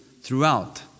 throughout